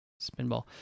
spinball